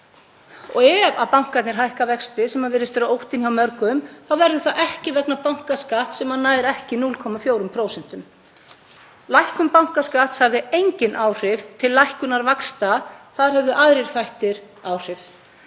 Ef bankarnir hækka vexti, sem virðist vera óttinn hjá mörgum, verður það ekki vegna bankaskatts sem nær ekki 0,4%. Lækkun bankaskatts hafði engin áhrif til lækkunar vaxta, þar höfðu aðrir þættir áhrif.